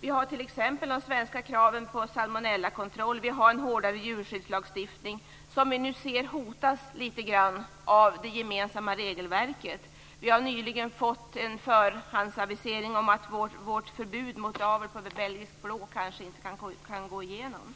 Vi har t.ex. de svenska kraven på salmonellakontroll, och vi har en hårdare djurskyddslagstiftning som vi nu ser hotas litet grand av det gemensamma regelverket. Vi har nyligen fått en förhandsavisering om att vårt förbud mot avel på belgisk blå kanske inte kan gå igenom.